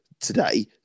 today